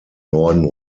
norden